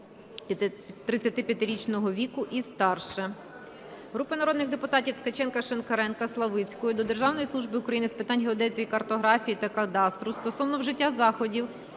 35-річного віку і старше.